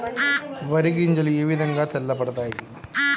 వరి గింజలు ఏ విధంగా తెల్ల పడతాయి?